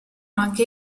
anche